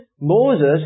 Moses